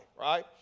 right